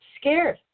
Scared